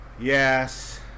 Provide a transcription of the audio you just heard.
Yes